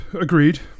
Agreed